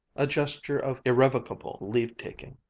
a gesture of irrevocable leave-taking.